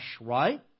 right